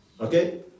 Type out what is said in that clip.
Okay